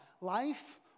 life